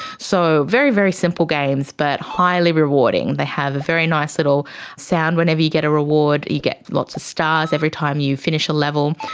so very, very simple games but highly rewarding. they have a very nice little sound whenever you get a reward, you get lots of stars every time you finish a level,